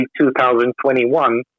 2021